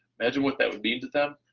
imagine what that would mean to them?